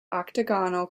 octagonal